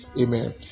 Amen